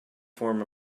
form